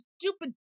stupid